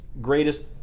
greatest